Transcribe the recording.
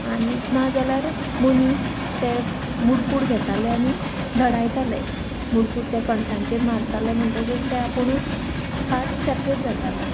आनी नाजाल्यार मनीस ते मुडकूड घेताले आनी धाडायताले मुडकूड त्या कणसांचेर मारताले म्हणटकच ते आपुणूच भात सेपरेट जातालें